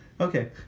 Okay